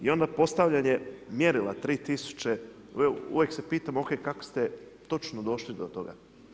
I onda postavljanje mjerila 3 tisuće, uvijek se pitam, OK, kako ste točno došli do toga.